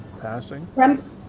passing